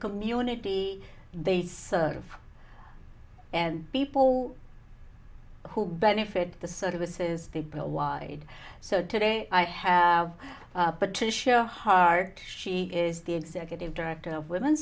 community they serve and people who benefit the services they provide so today i have patricia hart she is the executive director of women